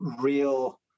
real